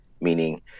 meaning